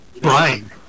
Brian